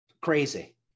crazy